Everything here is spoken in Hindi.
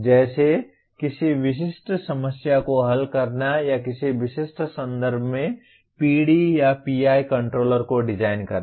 जैसे किसी विशिष्ट समस्या को हल करना या किसी विशिष्ट संदर्भ में PD या PI कंट्रोलर को डिजाइन करना